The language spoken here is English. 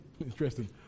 Interesting